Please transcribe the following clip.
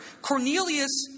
Cornelius